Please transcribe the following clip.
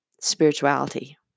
spirituality